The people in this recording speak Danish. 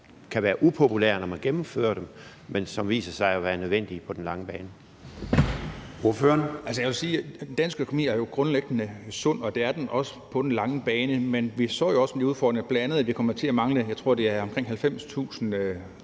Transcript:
kan være upopulære, når man gennemfører den, men som viser sig at være nødvendige på den lange bane?